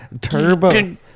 turbo